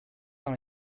dans